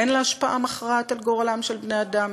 אין לה השפעה מכרעת על גורלם של בני-אדם?